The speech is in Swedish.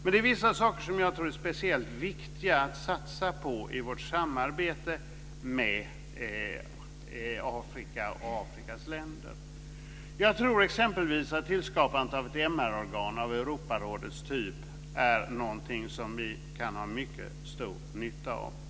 Det är vissa saker som jag tror är speciellt viktiga att satsa på i vårt samarbete med Afrika och Afrikas länder. Jag tror exempelvis att tillskapandet av ett MR-organ av Europarådets typ är någonting som vi kan ha mycket stor nytta av.